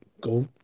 go